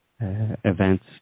events